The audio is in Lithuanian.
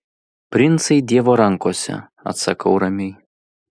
princai dievo rankose atsakau ramiai